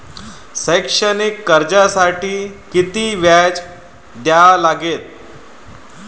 शैक्षणिक कर्जासाठी किती व्याज द्या लागते?